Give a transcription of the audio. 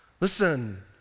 Listen